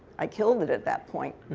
i killed it at that point.